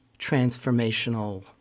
transformational